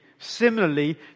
similarly